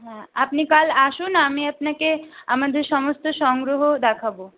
হ্যাঁ আপনি কাল আসুন আমি আপনাকে আমাদের সমস্ত সংগ্রহ দেখাবো